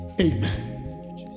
Amen